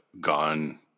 gone